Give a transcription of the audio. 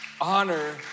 Honor